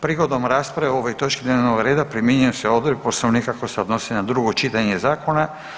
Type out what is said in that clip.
Prigodom rasprave o ovoj točki dnevnog reda primjenjuju se odredbe Poslovnika koje se odnose na drugo čitanje zakona.